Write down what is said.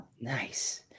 Nice